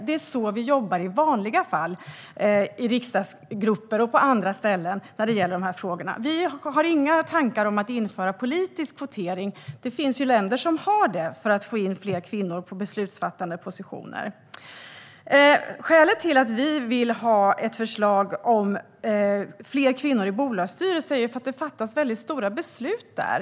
Det är så man jobbar i vanliga fall när det gäller de här frågorna, i riksdagsgrupper och på andra ställen. Vi har inga tankar om att införa politisk kvotering. Det finns länder som har det, för att få in fler kvinnor på beslutsfattande positioner. Vi vill ha ett förslag om fler kvinnor i bolagsstyrelser eftersom det fattas stora beslut där.